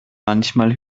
manchmal